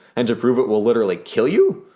and to prove it we'll literally kill you?